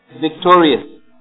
victorious